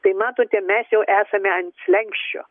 tai matote mes jau esame ant slenksčio